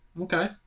Okay